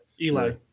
Eli